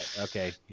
Okay